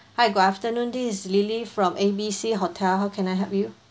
hi good afternoon this lily from A B C hotel how can I help you